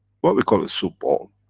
what we call a soup ball.